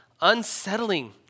unsettling